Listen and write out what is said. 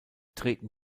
treten